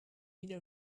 middle